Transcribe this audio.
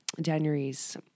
January's